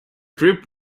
group